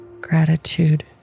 gratitude